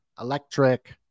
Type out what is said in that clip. electric